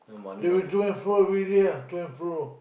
they will to and fro everyday ah to and fro